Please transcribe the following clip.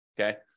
okay